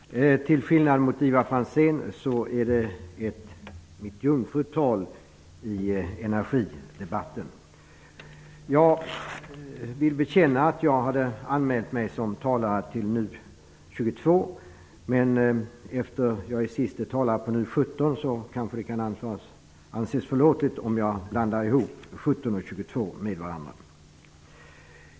Herr talman! Till skillnad mot Ivar Franzén håller jag härmed mitt jungfrutal i energidebatten. Jag vill bekänna att jag hade anmält mig som talare till NU22, och eftersom jag är siste talare på NU17 kanske det kan anses förlåtligt om jag blandar ihop betänkandena.